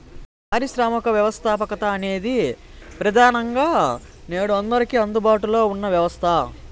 పారిశ్రామిక వ్యవస్థాపకత అనేది ప్రెదానంగా నేడు అందరికీ అందుబాటులో ఉన్న వ్యవస్థ